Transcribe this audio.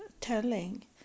telling